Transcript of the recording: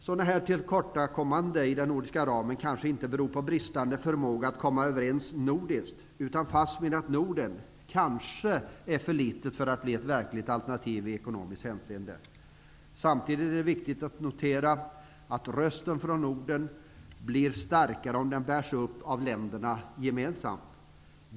Sådana här tillkortakommanden i den nordiska ramen kanske inte beror på bristande förmåga att komma överens nordiskt utan fastmer att Norden kanske är för litet för att bli ett verkligt alternativ i ekonomiskt hänseende. Samtidigt är det viktigt att notera att rösten från Norden blir starkare, om den bärs upp av länderna gemensamt.